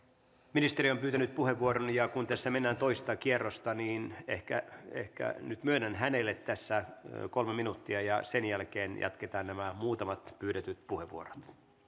ministeri on pyytänyt puheenvuoron ja kun tässä mennään toista kierrosta niin ehkä ehkä nyt myönnän hänelle tässä kolme minuuttia ja sen jälkeen jatketaan näillä muutamilla pyydetyillä puheenvuoroilla